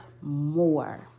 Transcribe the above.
more